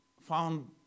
found